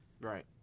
Right